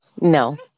no